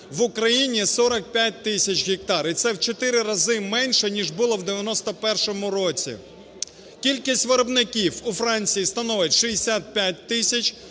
в Україні – 45 тисяч гектар, і це в 4 рази менше ніж було в 91 році. Кількість виробників: у Франції становить 65 тисяч,